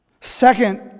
Second